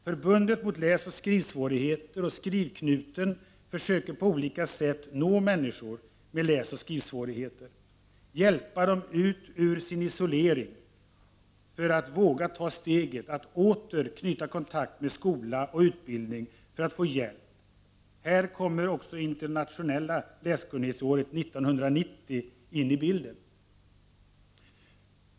Förbundet mot läsoch skrivsvårigheter och Skrivknuten försöker på olika sätt nå människor med läsoch skrivsvårigheter, hjälpa dem ut ur deras isolering för att våga ta steget att åter knyta kontakt med skola och utbildning för att få hjälp. Här kommer också internationella läskunnighetsåret 1990 in i bilden.